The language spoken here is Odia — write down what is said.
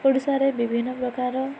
ଓଡ଼ିଶାରେ ବିଭିନ୍ନ ପ୍ରକାର